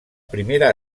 primera